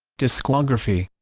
discography